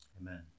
Amen